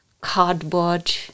cardboard